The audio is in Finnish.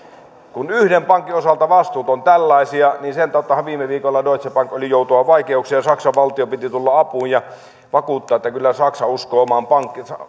kun yhden pankin osalta vastuut ovat tällaisia niin sen kauttahan viime viikolla deutsche bank oli joutua vaikeuksiin ja saksan valtion piti tulla apuun ja vakuuttaa että kyllä saksa uskoo omaan